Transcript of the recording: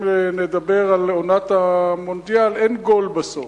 אם נדבר על עונת המונדיאל, אין גול בסוף,